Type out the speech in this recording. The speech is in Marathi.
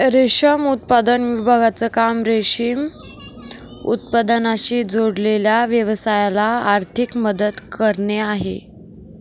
रेशम उत्पादन विभागाचं काम रेशीम उत्पादनाशी जोडलेल्या व्यवसायाला आर्थिक मदत करणे आहे